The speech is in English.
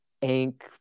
Ink